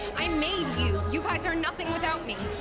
i made you. you guys are nothing without me.